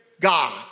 God